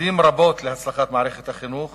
שוקדים רבות להצלחת מערכת החינוך